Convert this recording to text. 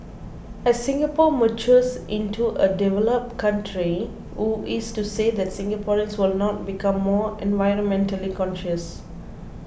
as Singapore matures into a developed country who is to say that Singaporeans will not become more environmentally conscious